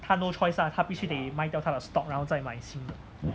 他 no choice lah 他必须得卖掉他的 stock 然后再买新的